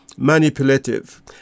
Manipulative